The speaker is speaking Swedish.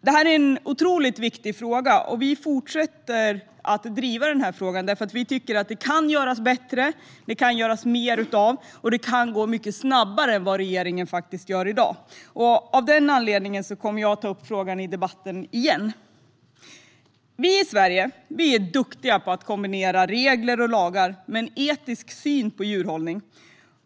Det är en otroligt viktig fråga som vi fortsätter att driva, eftersom vi tycker att det kan göras bättre, det kan göras mer och det kan gå mycket snabbare än det som regeringen gör i dag. Av den anledningen kommer jag att ta upp frågan i debatten igen. Vi i Sverige är duktiga på att kombinera regler och lagar med en etisk syn på djurhållning,